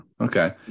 Okay